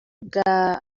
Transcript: bwa